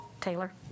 Taylor